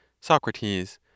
Socrates